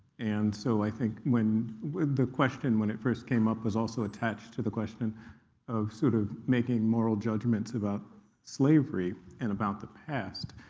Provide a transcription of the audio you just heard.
and so i think the question, when it first came up, was also attached to the question of sort of making moral judgments about slavery and about the past.